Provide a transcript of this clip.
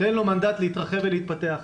תן לו מנדט להתרחב ולהתפתח.